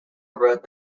wrote